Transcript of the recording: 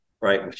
Right